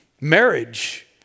marriage